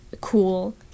cool